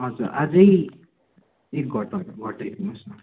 हजुर अझै केही घट्छ भने घटाइदिनुहोस् न